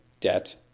debt